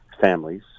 families